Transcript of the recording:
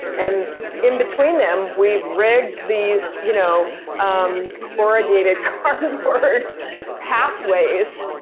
and in between them, we've rigged these, you know um corrugated cardboard pathways,